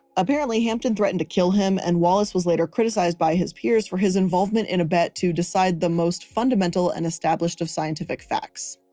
apparently, hampden threatened to kill him and wallace was later criticized by his peers for his involvement in a bet to decide the most fundamental and established of scientific facts.